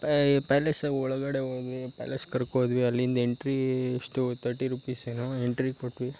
ಪ್ಯಾ palace ಒಳಗಡೆ ಹೋದ್ವಿ palace ಕರ್ಕೊ ಹೋದ್ವಿ ಅಲ್ಲಿಂದ ಎಂಟ್ರೀ ಎಷ್ಟು ತರ್ಟಿ ರೂಪೀಸ್ ಏನೋ ಎಂಟ್ರಿ ಕೊಟ್ವಿ